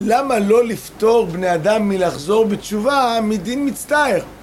למה לא לפתור בני אדם מלחזור בתשובה מדין מצטער?